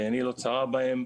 ועייני לא צרה בהן,